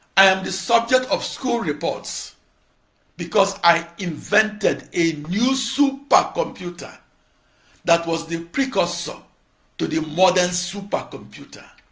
i'm the subject of school reports because i invented a new supercomputer that was the precursor to the modern supercomputer.